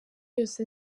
yose